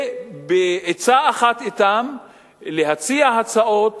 ובעצה אחת אתם תציע הצעות